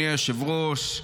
אדוני היושב-ראש,